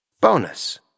Bonus